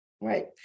Right